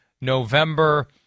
November